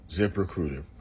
ZipRecruiter